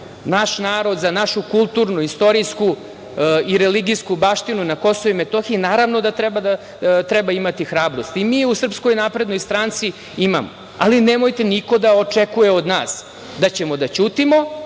naš narod, za našu kulturnu, istorijsku i religijsku baštinu na Kosovu i Metohiji, naravno da treba imati hrabrosti i mi u Srpskoj naprednoj stranci je imamo. Ali, nemojte niko da očekuje od nas da ćemo da ćutimo